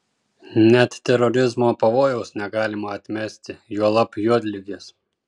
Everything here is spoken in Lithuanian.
net terorizmo pavojaus negalima atmesti juolab juodligės